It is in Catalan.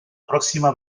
pròxima